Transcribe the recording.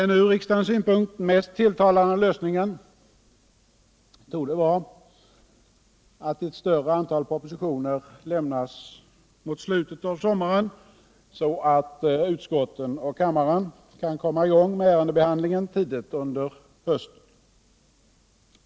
Den ur riksdagens synpunkt mest tilltalande lösningen torde vara att ett större antal propositioner lämnas mot slutet av sommaren, så att utskotten och kammaren kan komma i gång med ärendebehandlingen tidigt under hösten.